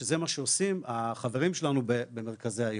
שזה מה שעושים החברים שלנו במרכזי היום.